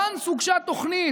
מרגע שהוגשה תוכנית,